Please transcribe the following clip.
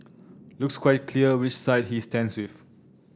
looks quite clear which side he stands with